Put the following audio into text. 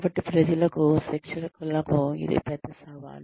కాబట్టి ప్రజలకు శిక్షకులకు ఇది పెద్ద సవాలు